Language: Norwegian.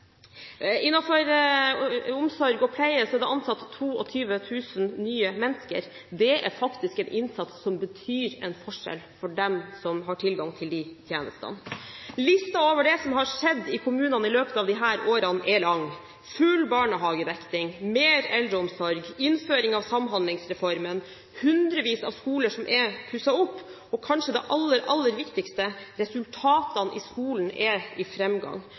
omsorg og pleie er det ansatt 22 000 nye mennesker. Det er faktisk en innsats som betyr en forskjell for dem som har tilgang til de tjenestene. Listen over det som har skjedd i kommunene i løpet av disse årene, er lang – full barnehagedekning, mer eldreomsorg, innføring av Samhandlingsreformen, hundrevis av skoler som er pusset opp, og kanskje det aller, aller viktigste: Resultatene i skolen er i